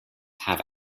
have